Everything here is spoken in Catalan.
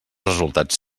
resultats